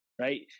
Right